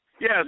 Yes